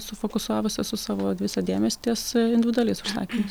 sufokusavus esu savo visą dėmesį ties individualiais užsakymais